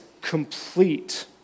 complete